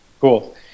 Cool